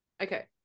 okay